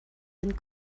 and